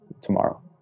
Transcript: tomorrow